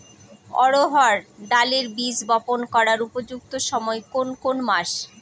অড়হড় ডালের বীজ বপন করার উপযুক্ত সময় কোন কোন মাস?